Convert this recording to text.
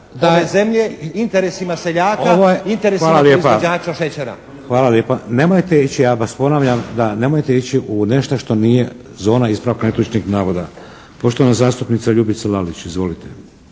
… Hvala lijepa. … /Upadica: Interesima proizvođača šećera. /… Hvala lijepa. Nemojte ići, ja vas, ponavljam da nemojte ići u nešto što nije zona ispravka netočnih navoda. Poštovana zastupnica Ljubica Lalić. Izvolite.